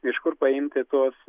iš kur paimti tuos